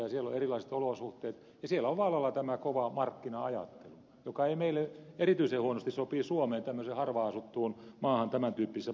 siellä on erilaiset olosuhteet ja siellä on vallalla tämä kova markkina ajattelu joka meille suomeen tämmöiseen harvaanasuttuun maahan erityisen huonosti sopii tämän tyyppisissä palveluissa